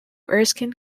erskine